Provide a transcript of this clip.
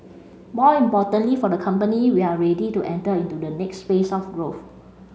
more importantly for the company we are ready to enter into the next phase of growth